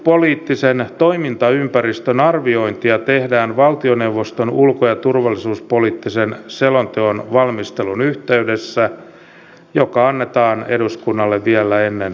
turvallisuuspoliittisen toimintaympäristön arviointia tehdään valtioneuvoston ulko ja turvallisuuspoliittisen selonteon valmistelun yhteydessä joka annetaan eduskunnalle vielä ennen kesätaukoa